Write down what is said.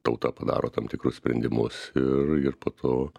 tauta padaro tam tikrus sprendimus ir ir po to